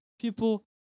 people